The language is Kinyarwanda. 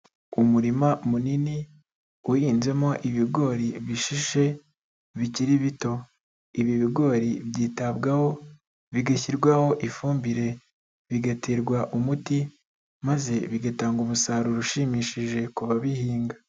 Umurima munini uhinzemo ibigori bishishe bikiri bito, ibi bigori byitabwaho bigashyirwaho ifumbire bigaterwa umuti maze bigatanga umusaruro ushimishije ku babihinga.